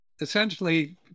essentially